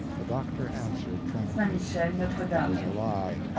the doctor answered, tranquilly it was a lie.